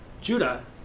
Judah